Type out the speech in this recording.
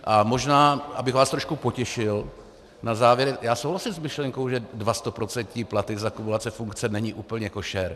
A možná, abych vás trošku potěšil na závěr, já souhlasím s myšlenkou, že dva stoprocentní platy za kumulace funkce není úplně košer.